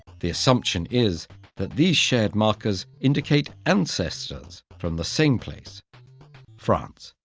the assumption is that these shared markers indicate ancestors from the same place france.